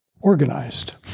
organized